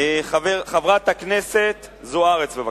חברת הכנסת זוארץ, בבקשה.